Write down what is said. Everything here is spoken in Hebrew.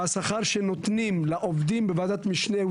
והשכר שנותנים לעובדים בוועדת משנה,